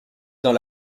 dans